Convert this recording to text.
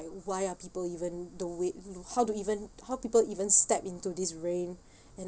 why are people even do it how do even how people even step into this rain and